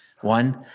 One